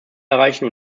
erreichen